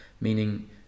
meaning